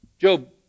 Job